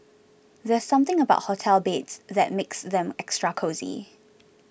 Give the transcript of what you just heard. there's something about hotel beds that makes them extra cosy